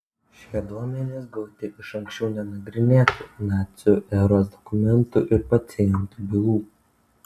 šie duomenys gauti iš anksčiau nenagrinėtų nacių eros dokumentų ir pacientų bylų